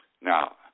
Now